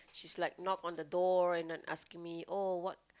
she's like knock on the door and then asking me oh what